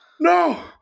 No